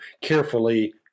carefully